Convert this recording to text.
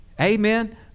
Amen